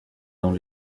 dans